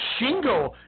Shingo